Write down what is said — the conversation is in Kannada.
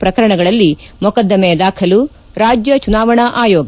ಪ್ರಕರಣಗಳಲ್ಲಿ ಮೊಕದ್ದಮೆ ದಾಖಲು ರಾಜ್ಲ ಚುನಾವಣಾ ಆಯೋಗ